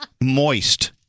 Moist